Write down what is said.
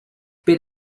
beat